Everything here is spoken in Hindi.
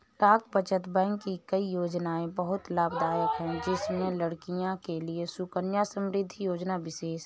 डाक बचत बैंक की कई योजनायें बहुत लाभदायक है जिसमें लड़कियों के लिए सुकन्या समृद्धि योजना विशेष है